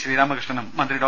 ശ്രീരാമകൃഷ്ണനും മന്ത്രി ഡോ